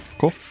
Cool